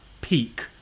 peak